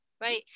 Right